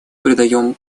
придаем